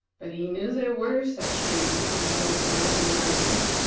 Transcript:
but he knew there were such trees on the hill-sides and the mountains,